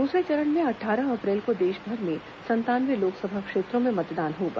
दूसरे चरण में अट्ठारह अप्रैल को देशभर में संतानवे लोकसभा क्षेत्रों में मतदान होगा